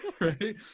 right